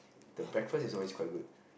the breakfast is always quite good